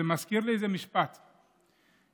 זה מזכיר לי איזה משפט באמהרית,